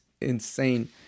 insane